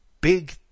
big